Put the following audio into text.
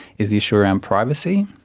is the issue around privacy.